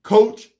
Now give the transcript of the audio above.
Coach